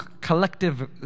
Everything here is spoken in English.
collective